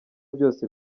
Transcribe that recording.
byose